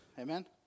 Amen